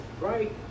right